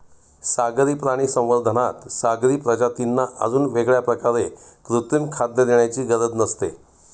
सागरी प्राणी संवर्धनात सागरी प्रजातींना अजून वेगळ्या प्रकारे कृत्रिम खाद्य देण्याची गरज नसते